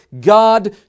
God